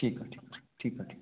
ठीकु आहे ठीकु आहे ठीकु आहे ठीक